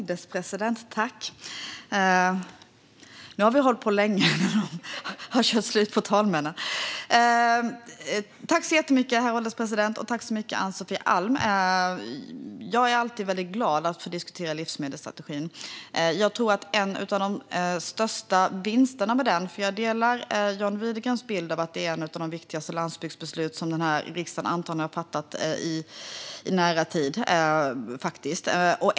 Herr ålderspresident! Jag är alltid väldigt glad över att få diskutera livsmedelsstrategin. Jag delar John Widegrens bild att det är ett av de viktigaste landsbygdsbeslut som riksdagen antagligen har fattat i nära tid.